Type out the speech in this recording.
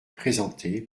présenté